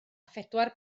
phedwar